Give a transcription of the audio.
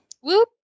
whoop